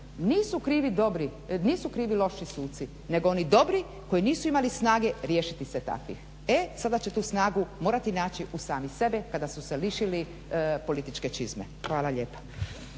nisu krivi loši suci nego oni dobri koji nisu imali snage riješiti se takvih. E sada će tu snagu morati naći u sami sebe kada su se lišili političke čizme. Hvala lijepa.